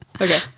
okay